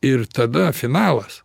ir tada finalas